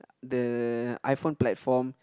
the iPhone platform